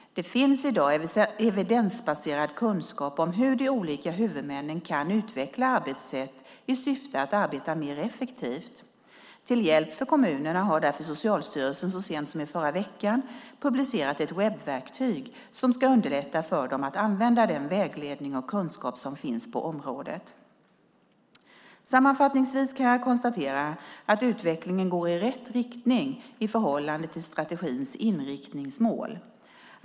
Det finns i dag evidensbaserad kunskap om hur de olika huvudmännen kan utveckla arbetssätt i syfte att arbeta mer effektivt. Till hjälp för kommunerna har därför Socialstyrelsen så sent som i förra veckan publicerat ett webbverktyg som ska underlätta för dem att använda den vägledning och kunskap som finns på området. Sammanfattningsvis kan jag konstatera att utvecklingen går i rätt riktning i förhållande till strategins inriktningsmål.